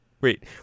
wait